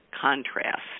contrast